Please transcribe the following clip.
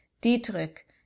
Dietrich